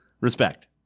Respect